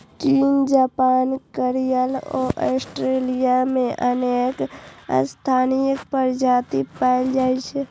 चीन, Japan, Korea आ Australia मे अनेक स्थानीय प्रजाति पाएल जाइ छै